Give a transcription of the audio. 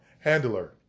Handler